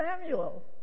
Samuel